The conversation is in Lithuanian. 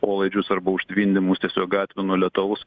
polaidžius arba užtvindymus tiesiog gatvių nuo lietaus